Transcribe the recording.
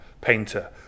painter